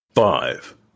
Five